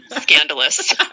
scandalous